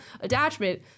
attachment